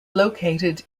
located